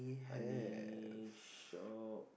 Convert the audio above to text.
honey shop